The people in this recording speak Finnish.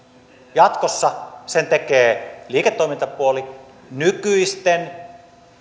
jatkossa sen tekee liiketoimintapuoli nykyisten